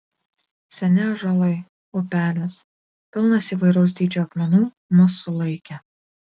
seni ąžuolai upelis pilnas įvairaus dydžio akmenų mus sulaikė